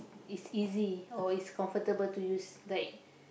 it's easy or is comfortable to use like